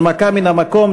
הנמקה מהמקום,